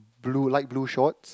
blue light blue shorts